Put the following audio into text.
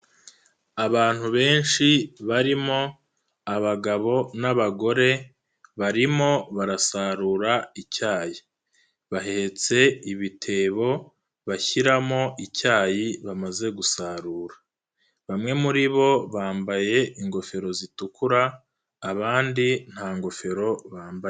Abantu benshi barimo abagabo n'abagore, barimo barasarura icyayi. Bahetse ibitebo bashyiramo icyayi bamaze gusarura. Bamwe muri bo bambaye ingofero zitukura, abandi nta ngofero bambaye.